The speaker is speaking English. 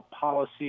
policy